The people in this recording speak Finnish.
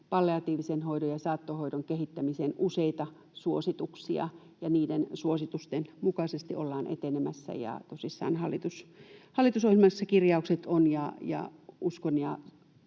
palliatiivisen hoidon ja saattohoidon kehittämiseen useita suosituksia, ja niiden suositusten mukaisesti ollaan etenemässä. Tosissaan hallitusohjelmassa kirjaukset ovat, ja sitä